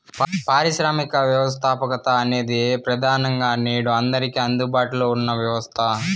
పారిశ్రామిక వ్యవస్థాపకత అనేది ప్రెదానంగా నేడు అందరికీ అందుబాటులో ఉన్న వ్యవస్థ